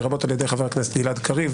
לרבות על ידי חבר הכנסת גלעד קריב,